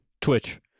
Twitch